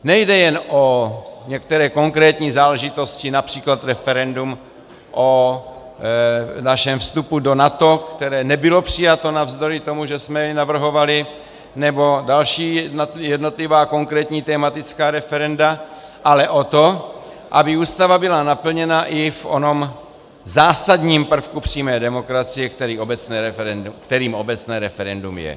Nejde jen o některé konkrétní záležitosti, například referendum o našem vstupu do NATO, které nebylo přijato navzdory tomu, že jsme je navrhovali, nebo další jednotlivá konkrétní tematická referenda, ale o to, aby Ústava byla naplněna i v onom zásadním prvku přímé demokracie, kterým obecné referendum je.